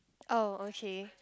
oh okay